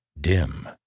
dim